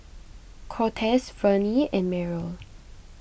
Cortez Vennie and Meryl